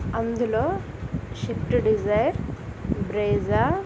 అందులో Swift Dzire Brezza